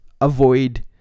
avoid